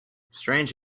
strange